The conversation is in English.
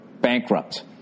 bankrupt